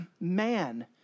man